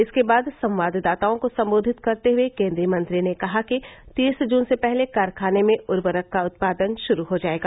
इसके बाद संवाददाताओं को सम्बोधित करते हुए केन्द्रीय मंत्री ने कहा कि तीस जून से पहले कारखाने में उर्वरक का उत्पादन श्रू हो जाएगा